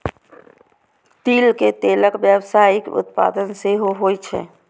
तिल के तेलक व्यावसायिक उत्पादन सेहो होइ छै